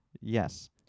Yes